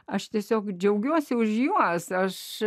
aš tiesiog džiaugiuosi už juos aš